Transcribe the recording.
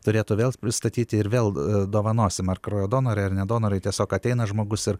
turėtų vėl pristatyti ir vėl dovanosim ar kraujo donorai ar ne donorai tiesiog ateina žmogus ir